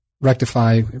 rectify